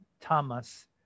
Thomas